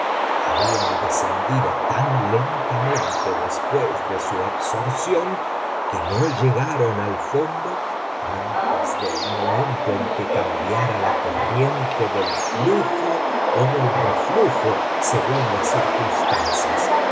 habían descendido tan lentamente después de su absorción que no llegaron al fondo antes del momento en que cambiara la corriente del flujo o del reflujo según las circunstancias